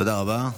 תודה רבה.